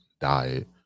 diet